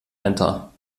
enter